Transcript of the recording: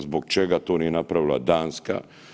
Zbog čega to nije napravila Danska?